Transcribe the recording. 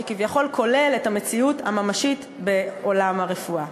שכביכול כולל את המציאות הממשית בעולם הרפואה.